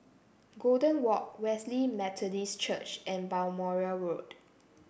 Golden Walk Wesley Methodist Church and Balmoral Road